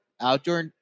outdoor